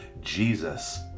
Jesus